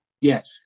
Yes